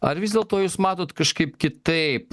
ar vis dėlto jūs matot kažkaip kitaip